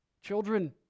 Children